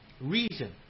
reason